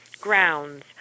grounds